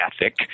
ethic